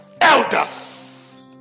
elders